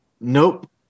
Nope